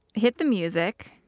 hit the music.